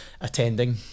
attending